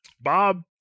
Bob